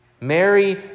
Mary